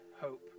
hope